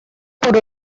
por